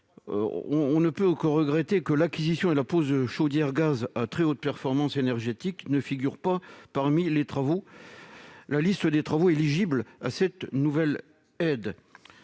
On ne peut que regretter que l'acquisition et la pose de chaudières gaz à très haute performance énergétique ne figurent pas parmi la liste des travaux éligibles à cette nouvelle aide.